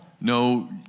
No